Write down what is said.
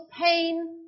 pain